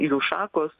jų šakos